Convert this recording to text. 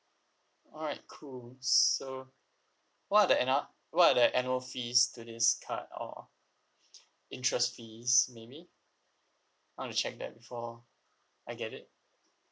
alright cool so what are the annul what are the annual fees to this card or interest fees maybe I want to check that before I get it